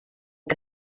què